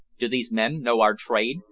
do these men know our trade?